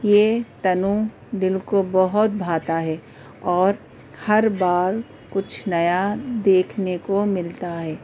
یہ تنوع دل کو بہت بھاتا ہے اور ہر بار کچھ نیا دیکھنے کو ملتا ہے